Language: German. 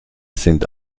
sind